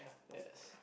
yes